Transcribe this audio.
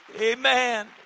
Amen